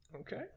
okay